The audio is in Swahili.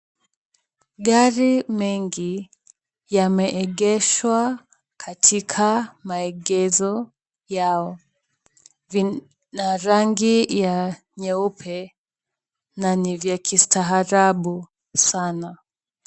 Gari mengi yameegeshwa katika maegesho yao. Vina rangi ya nyeupe na ni vya kistaarabu sana.